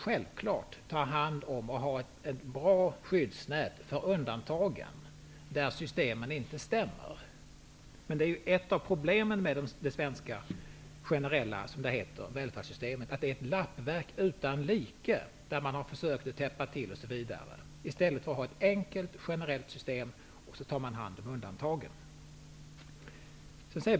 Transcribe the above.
Själv fallet, skall man också ha skyddsnät för undanta gen, för vilka systemen inte stämmer. Problemet med det svenska generella välfärdssystemet är att det är ett lappverk utan like. Man har försökt att täppa till hål, osv. Det är bättre att ha ett enkelt generellt system och därutöver ta hand om undan tagen.